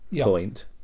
point